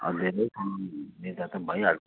अलि अलि दिँदा त भइहाल्छ